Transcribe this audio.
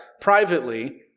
privately